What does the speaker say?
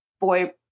boy